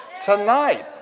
tonight